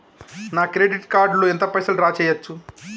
నా credit card లో ఎంత పైసల్ డ్రా చేయచ్చు?